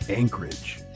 Anchorage